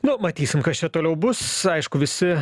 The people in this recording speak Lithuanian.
nu matysim kas čia toliau bus aišku visi